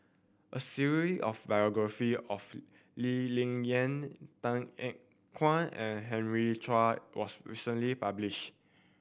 a series of biographies of Lee Ling Yen Tan Ean Kuan and Henry Chia was recently published